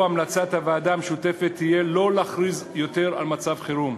המלצת הוועדה המשותפת תהיה לא להכריז יותר על מצב חירום,